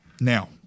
Now